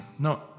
No